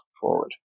forward